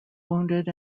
wounded